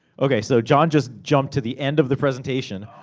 okay so jon just jumped to the end of the presentation.